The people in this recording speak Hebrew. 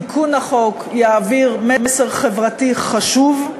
תיקון החוק יעביר מסר חברתי חשוב.